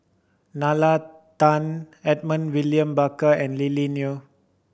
Nalla Tan Edmund William Barker and Lily Neo